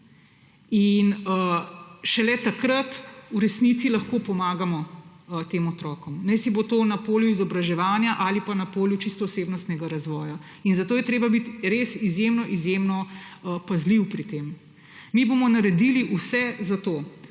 In šele takrat v resnici lahko pomagamo tem otrokom, najsibo to na polju izobraževanja ali na polju čisto osebnostnega razvoja. In zato je treba biti res izjemno izjemno pazljiv pri tem. Mi bomo naredili vse za to,